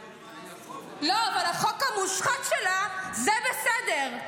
לא, אבל לחוק המושחת שלה, זה בסדר.